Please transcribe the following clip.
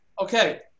Okay